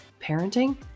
parenting